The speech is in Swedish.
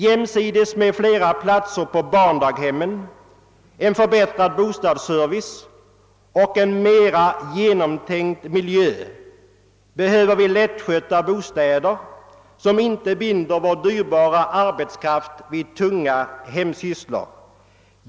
Jämsides med flera platser på barndaghemmen, en förbättrad bostadsservice och en mera genomtänkt miljö behöver vi lättskötta bostäder som inte binder vår dyrbara arbetskraft vid tunga hemsysslor.